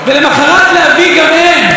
ולמוחרת להביא גם הם,